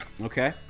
Okay